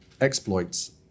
exploits